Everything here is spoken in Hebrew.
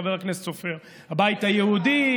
חבר הכנסת סופר: הבית היהודי,